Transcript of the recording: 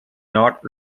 not